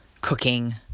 cooking